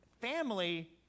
family